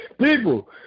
People